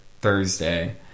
Thursday